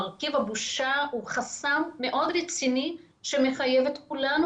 מרכיב הבושה הוא חסם רציני מאוד שמחייב את כולנו